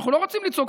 אנחנו לא רוצים לצעוק,